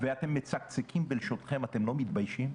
אתם מצקצקים בלשונכם אתם לא מתביישים?